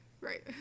right